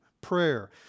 Prayer